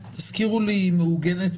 תזכירו לי מכוח מה היא מעוגנת?